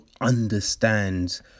understands